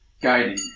guiding